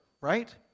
right